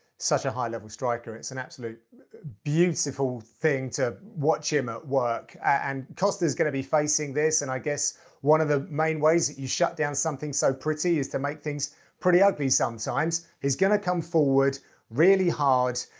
such a high-level striker. it's such an and absolute beautiful thing to watch him at work and costa's gonna be facing this, and i guess one of the main ways that you shut down something so pretty is to make things pretty ugly sometimes. he's gonna come forward really hard.